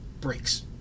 breaks